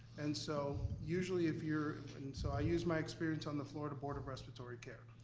and so usually if you're, and so i use my experience on the florida board of respiratory care.